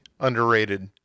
Underrated